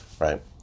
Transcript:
right